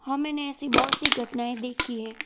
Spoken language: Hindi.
हाँ मैंने ऐसी बहुत सी घटनाएं देखी हैं